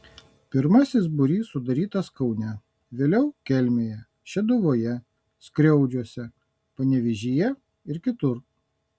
pirmasis būrys sudarytas kaune vėliau kelmėje šeduvoje skriaudžiuose panevėžyje ir kitur